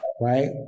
right